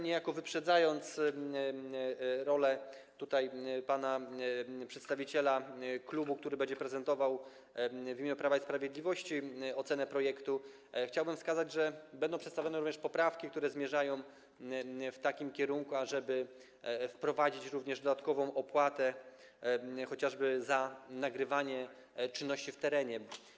Niejako wyprzedzając rolę przedstawiciela klubu, który będzie prezentował w imieniu Prawa i Sprawiedliwości ocenę projektu, chciałbym wskazać, że będą przedstawione również poprawki, które zmierzają w takim kierunku, ażeby wprowadzić również dodatkową opłatę chociażby za nagrywanie czynności w terenie.